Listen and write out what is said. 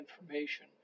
information